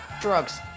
Drugs